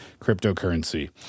cryptocurrency